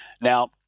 Now